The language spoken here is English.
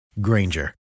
Granger